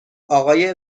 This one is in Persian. آقای